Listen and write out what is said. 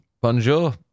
Bonjour